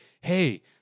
hey